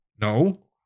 No